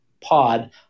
pod